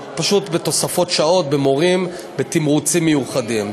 פשוט בתוספות של שעות, במורים ובתמרוצים מיוחדים.